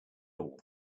all